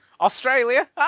Australia